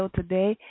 today